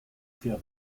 für